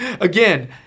Again